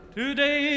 today